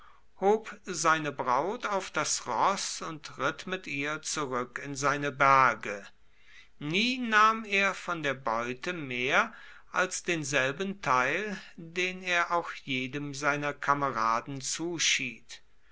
hob seine braut auf das roß und ritt mit ihr zurück in seine berge nie nahm er von der beute mehr als denselben teil den er auch jedem seiner kameraden zuschied